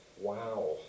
Wow